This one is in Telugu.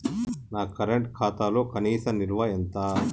నా కరెంట్ ఖాతాలో కనీస నిల్వ ఎంత?